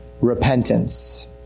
repentance